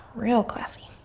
real classy.